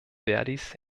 verdis